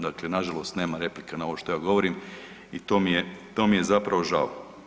Dakle, na žalost nema replike na ovo što ja govorim i to mi je zapravo žao.